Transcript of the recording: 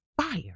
fire